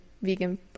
vegan